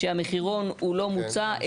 שהמחירון לא מוצע,